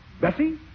Bessie